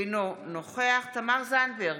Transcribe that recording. אינו נוכח תמר זנדברג,